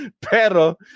pero